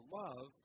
love